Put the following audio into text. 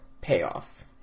payoff